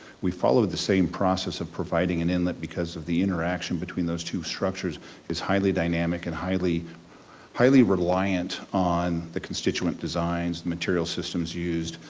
we follow the same process of providing an inlet because of the interaction between those two structures is highly dynamic and highly highly reliant on the constituent designs, the material systems used,